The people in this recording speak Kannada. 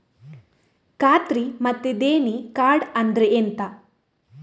ಖಾತ್ರಿ ಮತ್ತೆ ದೇಣಿ ಕಾರ್ಡ್ ಅಂದ್ರೆ ಎಂತ?